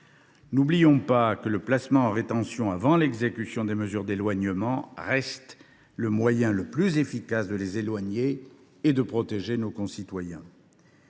N’oublions pas que le placement en rétention avant l’exécution des mesures d’éloignement reste le moyen le plus efficace de les éloigner et de protéger nos concitoyens.